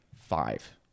five